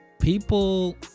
people